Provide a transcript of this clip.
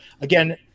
again